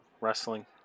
wrestling